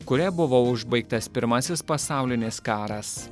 kuria buvo užbaigtas pirmasis pasaulinis karas